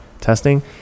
testing